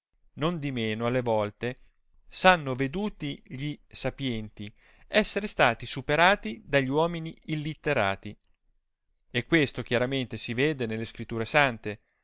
e grossi nondimeno alle volte s hanno veduti gli sapienti essere stati superati dagli uomini illiterati e questo chiaramente si vede nelle scritture sante